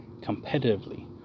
competitively